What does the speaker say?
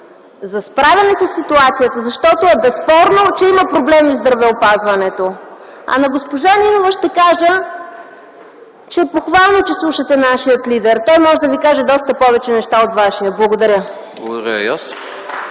за справяне със ситуацията, защото е безспорно, че има проблеми в здравеопазването. На госпожа Нинова ще кажа, че е похвално, че слушате нашия лидер, той може да ви каже доста повече неща от вашия. Благодаря. (Ръкопляскания